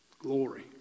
Glory